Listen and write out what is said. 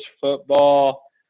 football